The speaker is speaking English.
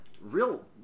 real